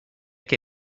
que